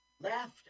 left